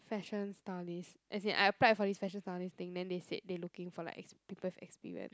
fashion stylist as in I applied for this fashion stylist thing then they said they looking for like exp~ people with experience